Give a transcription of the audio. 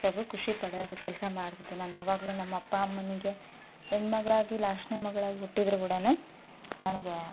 ಖುಷಿ ಪಡುವಂಥ ಕೆಲಸ ಮಾಡ್ತೀನಿ ನಾನು ಯಾವಾಗಲೂ ನಮ್ಮ ಅಪ್ಪ ಅಮ್ಮನಿಗೆ ಹೆಣ್ಮಗಳಾಗಿ ಲಾಸ್ಟ್ನೇ ಮಗಳಾಗಿ ಹುಟ್ಟಿದರೂ ಕೂಡ ನನಗೆ